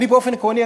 אני באופן עקרוני,